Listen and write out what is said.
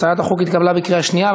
הצעת החוק התקבלה בקריאה שנייה.